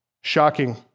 Shocking